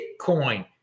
Bitcoin